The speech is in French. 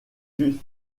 juif